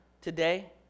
today